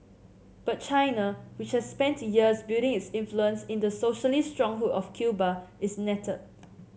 but China which has spent years building its influence in the socialist stronghold of Cuba is nettled